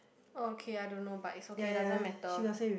okay I don't know but it's okay doesn't matter